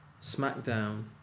Smackdown